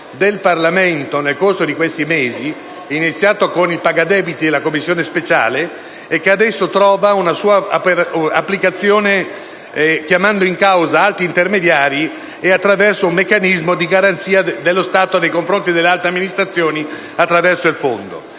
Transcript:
dal Parlamento nel corso di questi mesi, iniziato con il decreto paga debiti e la Commissione speciale per l'esame dei decreti-legge, e che adesso trova una sua applicazione chiamando in causa altri intermediari e prevedendo un meccanismo di garanzia dello Stato nei confronti delle altre amministrazioni attraverso il Fondo